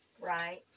Right